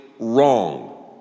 wrong